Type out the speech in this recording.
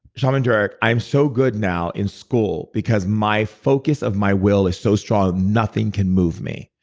shaman durek, i am so good now in school because my focus of my will is so strong, nothing can move me.